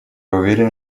уверен